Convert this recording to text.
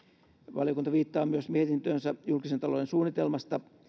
valiokunta viittaa myös mietintöönsä julkisen talouden suunnitelmasta